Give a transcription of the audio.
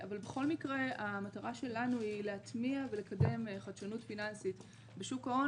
אבל בכל מקרה המטרה שלנו היא להטמיע ולקדם חדשנות פיננסית בשוק ההון